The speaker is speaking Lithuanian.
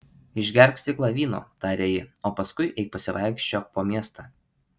išgerk stiklą vyno tarė ji o paskui eik pasivaikščiok po miestą